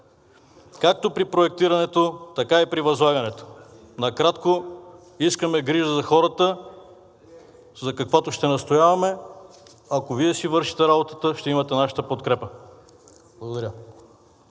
както при проектирането, така и при възлагането. Накратко, искаме грижа за хората, за каквато ще настояваме. Ако Вие си вършите работата, ще имате нашата подкрепа. Благодаря.